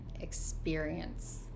experience